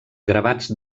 gravats